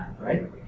right